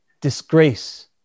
disgrace